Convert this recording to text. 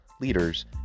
leaders